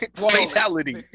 fatality